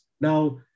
Now